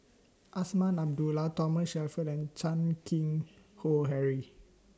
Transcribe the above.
Azman Abdullah Thomas Shelford and Chan Keng Howe Harry